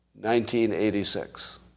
1986